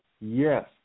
Yes